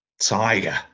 Tiger